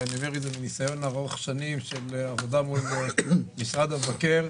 וזה מניסיון ארוך שנים של עבודה מול משרד המבקר.